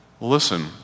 Listen